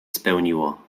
spełniło